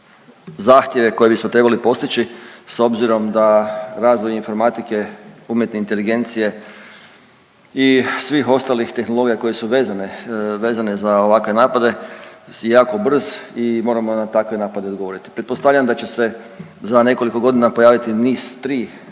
zahtjeve koje bismo trebali postići s obzirom da razvoj informatike, umjetne inteligencije i svih ostalih tehnologija koje su vezane, vezane za ovakve napade je jako brz i moramo na takve napade odgovoriti. Pretpostavljam da će se za nekoliko godina pojaviti NIS3